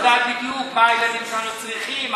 את יודעת בדיוק מה הילדים שלנו צריכים,